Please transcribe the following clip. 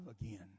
again